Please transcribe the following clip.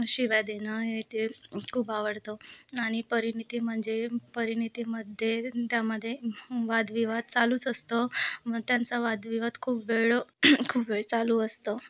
शिव्या देणं हे ते खूप आवडतं आणि परिनिती म्हणजे परिनितीमध्ये त्यामध्ये वादविवाद चालूच असतं मग त्यांचा वादविवाद खूप वेळ खूप वेळ चालू असतं